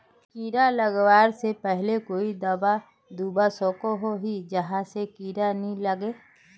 कीड़ा लगवा से पहले कोई दाबा दुबा सकोहो ही जहा से कीड़ा नी लागे?